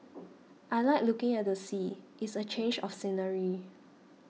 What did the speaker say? I like looking at the sea it's a change of scenery